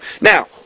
Now